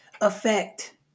affect